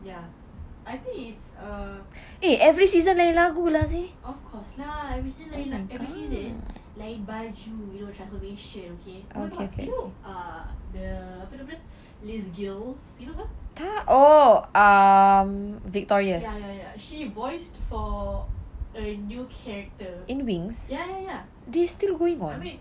ya I think it's a of course lah ever since they change baju you know transformation okay oh my god you know uh the apa nama dia liz gills you know her ya ya ya she voiced for a new character ya ya ya I mean